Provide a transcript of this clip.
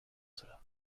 cela